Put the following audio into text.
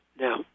Now